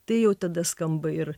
tai jau tada skamba ir